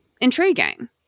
intriguing